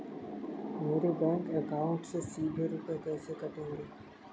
मेरे bank account से सीधे रुपए कैसे कटेंगे?